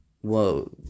Whoa